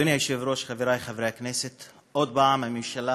אדוני היושב-ראש, חברי חברי הכנסת, עוד פעם הממשלה